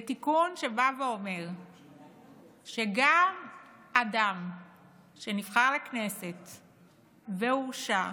בתיקון שבא ואומר שגם אדם שנבחר לכנסת והורשע,